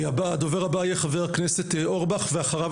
הדובר הבא יהיה חבר הכנסת אורבך ואחריו